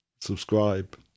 subscribe